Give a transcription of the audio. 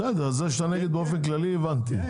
בסדר, זה שאתה נגד באופן כללי הבנתי.